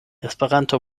esperanto